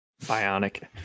bionic